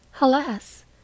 alas